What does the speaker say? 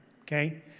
okay